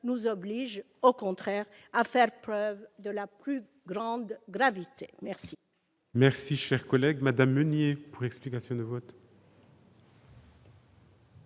nous oblige au contraire à faire preuve de la plus grande gravité merci.